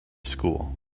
school